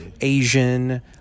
Asian